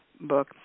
book